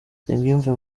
nsengiyumva